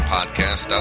Podcast